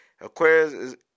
Aquarius